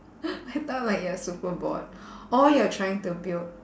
I thought like you're super bored or you're trying to build